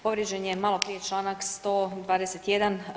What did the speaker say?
Povrijeđen je malo prije članak 121.